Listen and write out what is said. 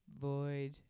Void